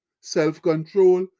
self-control